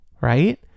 Right